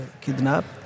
kidnapped